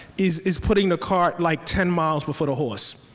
is is putting the cart like ten miles before the horse.